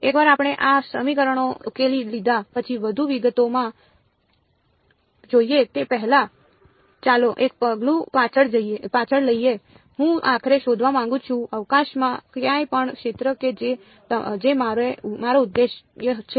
એકવાર આપણે આ સમીકરણો ઉકેલી લીધા પછી વધુ વિગતોમાં જઈએ તે પહેલાં ચાલો એક પગલું પાછળ લઈએ હું આખરે શોધવા માંગુ છું અવકાશમાં ક્યાંય પણ ક્ષેત્ર કે જે મારો ઉદ્દેશ્ય છે